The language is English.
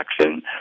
action